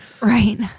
Right